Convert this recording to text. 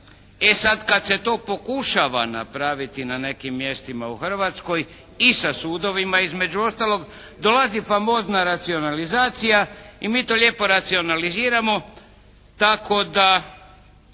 E sada kada se to pokušava napraviti na nekim mjestima u Hrvatskoj i sa sudovima između ostaloga, dolazi famozna racionalizacija i mi to lijepo racionaliziramo tako da